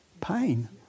pain